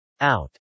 Out